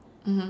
mmhmm